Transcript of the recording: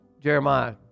Jeremiah